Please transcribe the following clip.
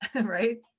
right